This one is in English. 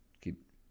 keep